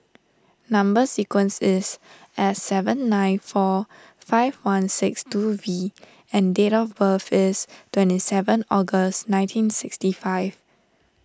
Number Sequence is S seven nine four five one six two V and date of birth is twenty seven August nineteen sixty five